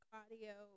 audio